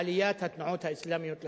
עליית התנועות האסלאמיות לשלטון.